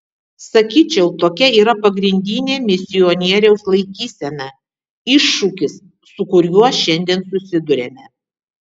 sakyčiau tokia yra pagrindinė misionieriaus laikysena iššūkis su kuriuo šiandien susiduriame